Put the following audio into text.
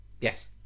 yes